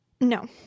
No